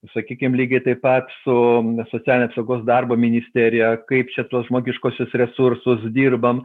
sakykim lygiai taip pat su socialinė apsaugos darbo ministerija kaip čia tuos žmogiškuosius resursus dirbam